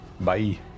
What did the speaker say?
Bye